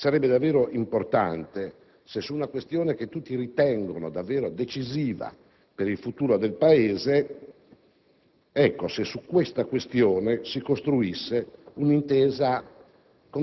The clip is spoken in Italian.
Sarebbe davvero importante se, su una questione che tutti ritengono davvero decisiva per il futuro del Paese, si costruisse un'intesa